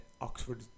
Oxford